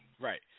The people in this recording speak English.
Right